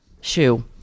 shoe